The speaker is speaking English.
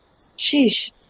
Sheesh